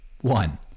One